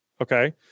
Okay